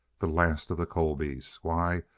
the last of the colbys! why,